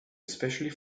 especially